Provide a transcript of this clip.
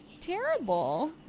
terrible